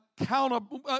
accountable